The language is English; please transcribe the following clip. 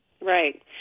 Right